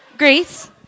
Grace